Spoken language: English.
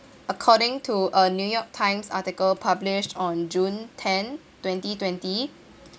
according to a new york times article published on june tenth twenty twenty